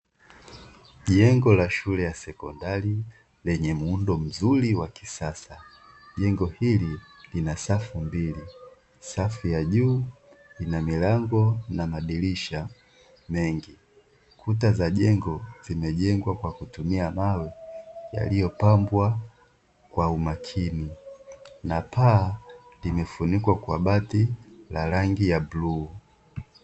Jengo la shule ya sekondari lenye muundo mzuri wa kisasa, jengo hili lina safu mbili safu ya juu ina milango na madirisha mengi kuta za jengo zimejengwa kwa kutumia mawe yaliyopambwa kwa umakini na paa limefunikwa kwa bati la rangi ya bluu.